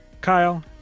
Kyle